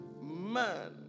Man